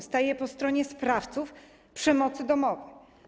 Staje po stronie sprawców przemocy domowej.